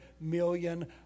million